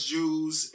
Jews